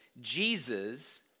Jesus